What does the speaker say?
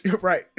right